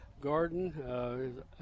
Garden